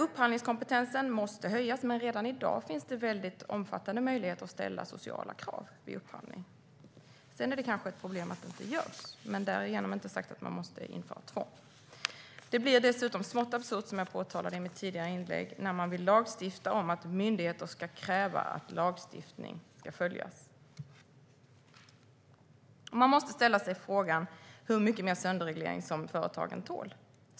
Upphandlingskompetensen måste höjas, men redan i dag finns det omfattande möjligheter att ställa sociala krav vid upphandling. Det kanske är ett problem att detta inte görs, men därmed inte sagt att man måste införa tvång. Som jag påpekade i mitt tidigare inlägg blir det smått absurt när man vill lagstifta om att myndigheter ska kräva att lagstiftning ska följas. Man måste ställa sig frågan hur mycket mer sönderreglering företagen tål.